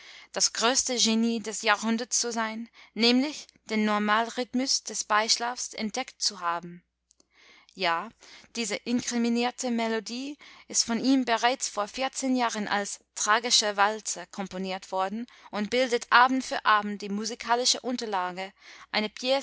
das größte genie des jahrhunderts zu sein nämlich den normalrhythmus des beischlafs entdeckt zu haben ja diese inkriminierte melodie ist von ihm bereits vor vierzehn jahren als tragischer walzer komponiert worden und bildet abend für abend die musikalische unterlage einer